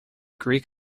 greek